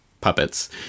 puppets